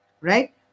Right